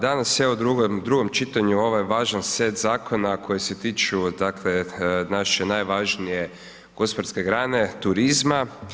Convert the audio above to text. Danas, evo u drugom čitanju ovo je važan set zakona koji se tiču, dakle, naše najvažnije gospodarske grane, turizma.